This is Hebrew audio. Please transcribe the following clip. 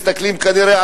כנראה,